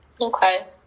okay